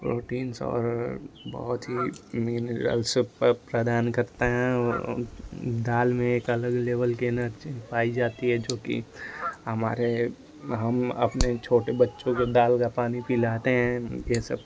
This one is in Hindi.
प्रोटिन्स और बहुत ही मिनिरल्स प्र प्रदान करते हैं और दाल में एक अलग लेबल की एनर्जी पाई जाती है जो कि हमारे हम अपने छोटे बच्चों को दाल का पानी पिलाते हैं ये सब